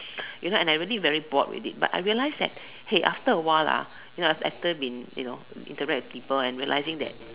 you know and I really very bored with it but I realised that hey after a while lah you know after been you know interact with people and realising that